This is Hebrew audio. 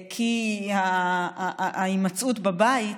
כי ההימצאות בבית,